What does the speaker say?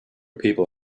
people